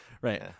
Right